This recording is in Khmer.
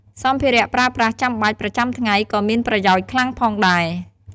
សម្ភារៈប្រើប្រាស់ចាំបាច់ប្រចាំថ្ងៃក៏មានប្រយោជន៍ខ្លាំងផងដែរ។